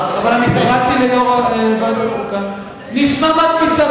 קראתי ליושב-ראש ועדת החוקה: נשמע מה תפיסת